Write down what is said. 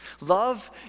Love